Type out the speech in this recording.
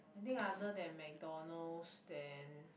anything other then McDonald's then